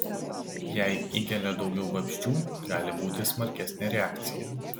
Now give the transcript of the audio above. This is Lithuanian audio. jei įgelia daugiau vabzdžių gali būti smarkesnė reakcija